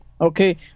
okay